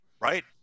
right